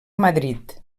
madrid